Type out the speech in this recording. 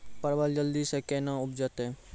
परवल जल्दी से के ना उपजाते?